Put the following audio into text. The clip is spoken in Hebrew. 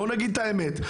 בואו נגיד את האמת,